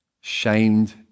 Shamed